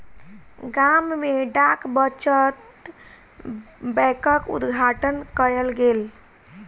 गाम में डाक बचत बैंकक उद्घाटन कयल गेल